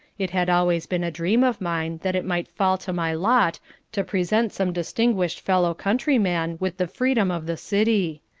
it had always been a dream of mine that it might fall to my lot to present some distinguished fellow-countryman with the freedom of the city.